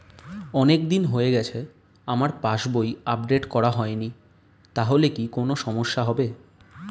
অনেকদিন হয়ে গেছে আমার পাস বই আপডেট করা হয়নি তাহলে কি কোন সমস্যা হবে?